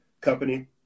company